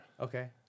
Okay